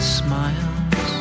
smiles